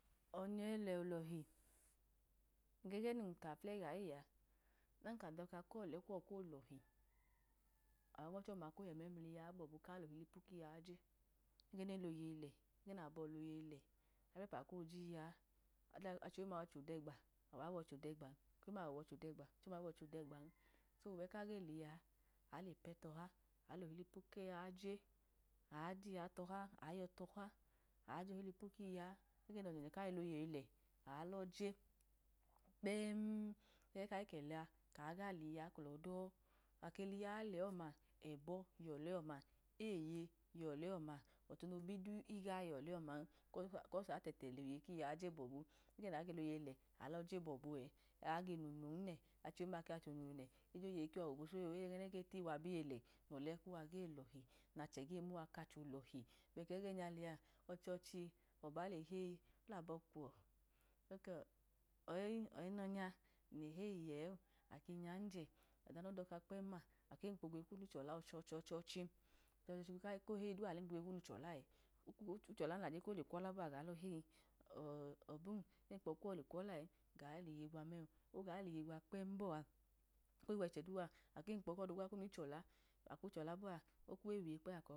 Ọnya olẹ lọhi, bẹgẹ num ka eko afulẹyi ga yẹ a, ọdan ka dọka kọle kuwọ kole lọhi, ayọ ya teyi aa gbọbu ka lobilpi kiyaaje, ape̱toha, aa yọtọha, aajolulpu kiyaa, ẹgẹ nọnyẹnyẹ kaa iloyeyi lẹ aatoje kpem ekayi kẹla kaa ga tuyiyaa kitọdọ, aahiyiya lẹ ọma ẹbọ yọlẹ ọma, eye yọlẹ oma, otu ndi du iga yọlẹ ọma tsọsi atẹtẹ loyeyi kingaa je gbọbu ẹgẹ natẹtẹ ge loyeyi lẹ aabje gbobu, ẹgẹ naa ge munum, lẹ achdium ma ke wachẹ onunu nẹ ejoyeyi kiwiwa gbọbu so ejẹgẹ nege tiyiwa bi lẹ, no̱lẹ kuwa ge lo̱hi i nachẹ ge muma kache olọti, ọchọdi ẹgẹ nya lẹa, ọba le heyi olabọ kwọ oyi oyinonya nle leyi ẹẹ ake nyanyẹ ọda duma nodọka kpẹm ma akwemkpo ogwiye kunu ichọla ọchọchọchi, ọchọchi koge heyi du alemkpọ ogwiye kunu chọla e ochọla naje kole kwọla bọa aga lọheyi, ọ ọbum emkpo ogwiye kuwọ le kwọla ẹ ga liye gwa mẹn oga hiye chọla a ku chọla ogwiye